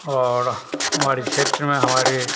और हमारे क्षेत्र में हमारे